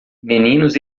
meninos